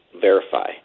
verify